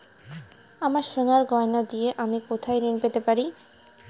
আমার সোনার গয়নার দিয়ে আমি কোথায় ঋণ পেতে পারি?